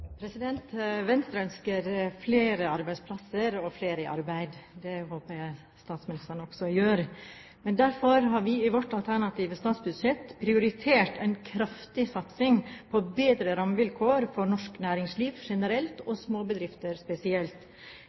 Venstre ønsker flere arbeidsplasser og flere i arbeid. Det håper jeg statsministeren også gjør. Derfor har vi i vårt alternative statsbudsjett prioritert en kraftig satsing på bedre rammevilkår for norsk næringsliv generelt, og småbedrifter spesielt.